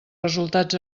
resultats